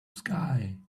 sky